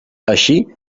així